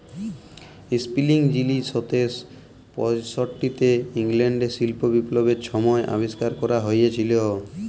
spinning যিলি সতের শ পয়ষট্টিতে ইংল্যাল্ডে শিল্প বিপ্লবের ছময় আবিষ্কার ক্যরা হঁইয়েছিল